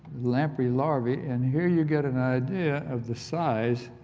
lamprey larva and here you get an idea of the size,